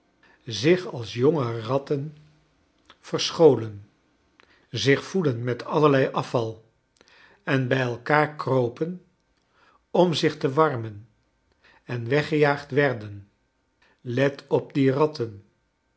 zich als jonge ratten verscholen zich voedden met allerlei afval en bij elkaar kropen om zich te warmen en weggejaagd werden let op die ratten